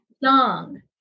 young